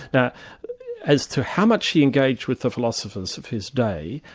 now as to how much he engaged with the philosophers of his day,